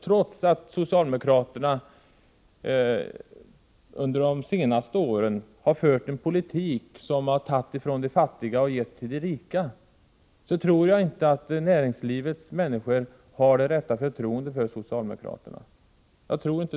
Trots att socialdemokraterna under de senaste åren har fört en politik som inneburit att man tagit från de fattiga och gett till de rika, tror jag inte att näringslivets människor har det rätta förtroendet för socialdemokraterna.